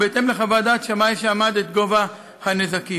ובהתאם לחוות דעת שמאי שאמד את גובה הנזקים.